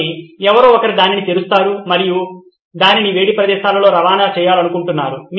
కాబట్టి ఎవరో ఒకరు దాన్ని తెరుస్తున్నారు మరియు మీరు దానిని వేడి ప్రదేశాలలో రవాణా చేయాలనుకుంటున్నారు